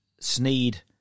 Sneed